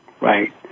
right